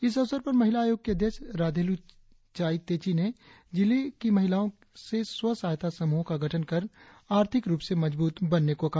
इस अवसर पर महिला आयोग की अध्यक्ष राधेलू चाई तेची ने जिले के महिलाओ से स्व सहायता समूहो का गठन कर आर्थिक रुप से मजबूत बनने को कहा